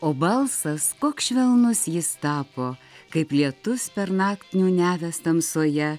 o balsas koks švelnus jis tapo kaip lietus pernakt niūniavęs tamsoje